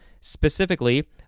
specifically